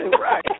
Right